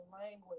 language